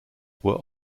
were